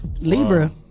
Libra